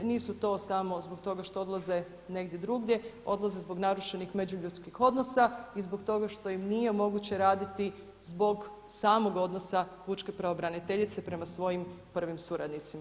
Nisu to samo zbog toga što odlaze negdje drugdje, odlaze zbog narušenih međuljudskih odnosa i zbog toga što im nije moguće raditi zbog samog odnosa pučke pravobraniteljice prema svojim prvim suradnicima.